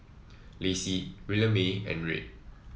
Lacey Williemae and Red